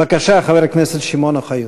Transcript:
בבקשה, חבר הכנסת שמעון אוחיון.